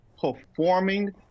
performing